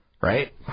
Right